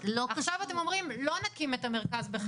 אז אם אנחנו לוקחים עכשיו את ההנגשה של